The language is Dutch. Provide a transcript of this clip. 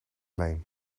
lijn